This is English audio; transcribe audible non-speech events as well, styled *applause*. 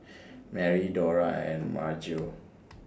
Merri Dora and Maryjo *noise*